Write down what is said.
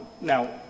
now